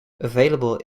available